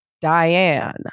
Diane